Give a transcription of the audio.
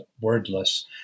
Wordless